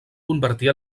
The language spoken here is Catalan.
convertir